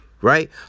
Right